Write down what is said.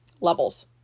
levels